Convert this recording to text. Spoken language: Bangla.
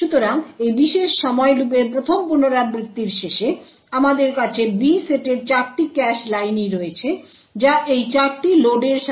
সুতরাং এই বিশেষ সময় লুপের প্রথম পুনরাবৃত্তির শেষে আমাদের কাছে B সেটের 4টি ক্যাশ লাইনই রয়েছে যা এই চারটি লোডের সাথে সম্পর্কিত তথ্য দিয়ে পূর্ণ